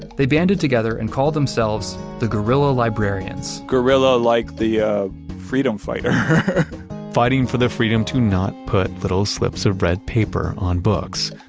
they banded together and called themselves the guerrilla librarians guerrilla like the ah freedom fighter fighting for the freedom to not put little slips of red paper on books,